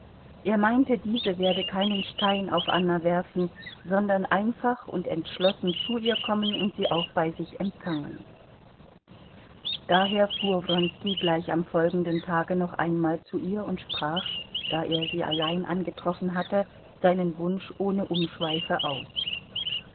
er meinte diese werde keinen stein auf anna werfen sondern einfach und entschlossen zu ihr kommen und sie auch bei sich empfangen daher fuhr wronski gleich am folgenden tage noch einmal zu ihr und sprach da er sie allein angetroffen hatte seinen wunsch ohne umschweife aus